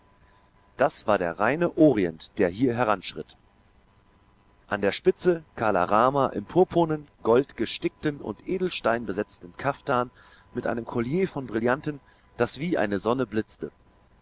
das war der reine orient der hier heranschritt an der spitze kala rama im purpurnen goldgestickten und edelsteinbesetzten kaftan mit einem kollier von brillanten das wie eine sonne blitzte